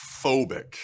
phobic